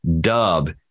Dub